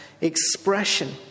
expression